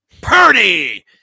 Purdy